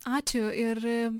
ačiū ir